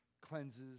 cleanses